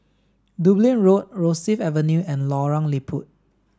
Dublin Road Rosyth Avenue and Lorong Liput